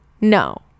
No